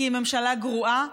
כי היא ממשלה גרועה,